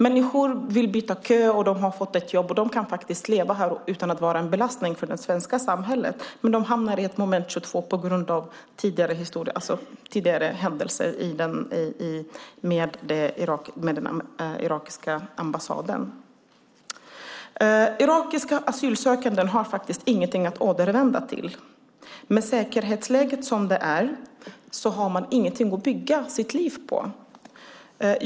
Människor vill byta kö, de har fått ett jobb och de kan faktiskt leva här utan att vara en belastning för det svenska samhället, men de hamnar i ett moment 22 på grund av tidigare historia och tidigare händelser med den irakiska ambassaden. Irakiska asylsökande har inget att återvända till. Med de säkerhetsläge som är har man inget att bygga sitt liv på.